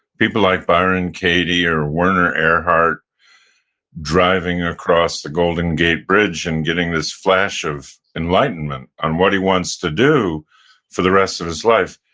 people like byron katie or werner erhard driving across the golden gate bridge and getting this flash of enlightenment on what he wants to do for the rest of his life.